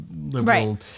liberal